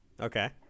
Okay